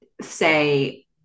say